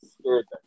scared